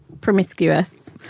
promiscuous